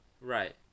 right